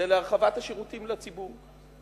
להרחבת השירותים לציבור.